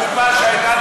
הקופה שהייתה,